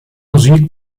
musik